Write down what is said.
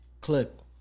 Clip